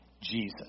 Jesus